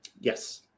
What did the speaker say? yes